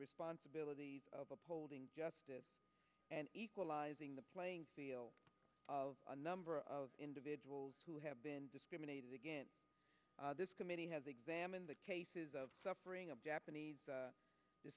responsibility of upholding justice and equalizing the playing field of a number of individuals who have been discriminated against this committee has examined the cases of suffering of japanese